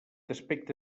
aspecte